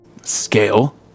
Scale